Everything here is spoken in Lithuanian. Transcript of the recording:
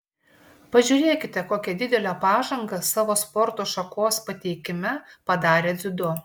pažiūrėkite kokią didelę pažangą savo sporto šakos pateikime padarė dziudo